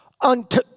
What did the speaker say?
unto